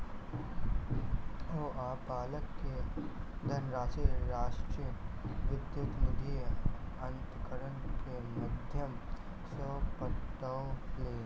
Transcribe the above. ओ अपन बालक के धनराशि राष्ट्रीय विद्युत निधि अन्तरण के माध्यम सॅ पठौलैन